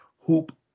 Hoop